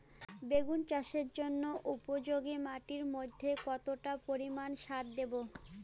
বেগুন চাষের জন্য উপযোগী মাটির মধ্যে কতটা পরিমান সার দেব?